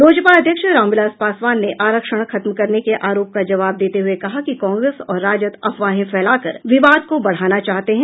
लोजपा अध्यक्ष रामविलास पासवान ने आरक्षण खत्म करने के आरोप का जवाब देते हुए कहा कि कांग्रेस और राजद अफवाहें फैलाकर विवाद को बढ़ाना चाहते हैं